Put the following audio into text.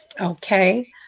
okay